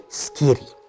scary